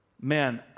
Man